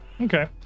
Okay